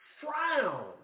frown